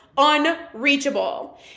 unreachable